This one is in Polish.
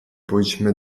pójdźmy